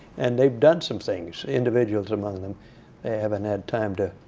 and they've done some things, individuals among them. they haven't had time to